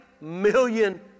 million